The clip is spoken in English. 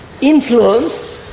influence